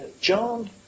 John